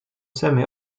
semi